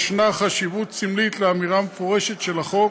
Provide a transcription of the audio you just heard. ישנה חשיבות סמלית לאמירה המפורשת של החוק,